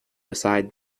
beside